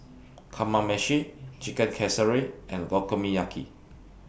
Kamameshi Chicken Casserole and